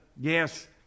yes